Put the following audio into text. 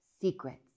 secrets